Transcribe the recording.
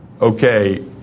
okay